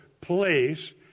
place